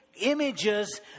images